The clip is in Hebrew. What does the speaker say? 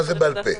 מה זה בעל פה?